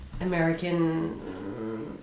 American